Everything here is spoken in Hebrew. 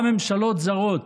גם ממשלות זרות,